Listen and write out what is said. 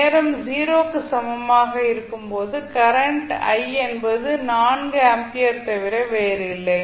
நேரம் 0 க்கு சமமாக இருக்கும் போது கரண்ட் i என்பது 4 ஆம்பியர் தவிர வேறில்லை